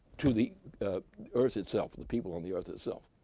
to the earth itself, the people on the earth itself.